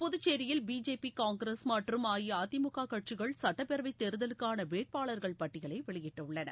புதுச்சேியில் B J P Congress மற்றும் அ இ அ தி மு க கட்சிகள் சுட்டப்பேரவை தேர்தலுக்கான வேட்பாளர்கள் பட்டியலை வெளியிட்டுள்ளன